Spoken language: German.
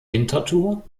winterthur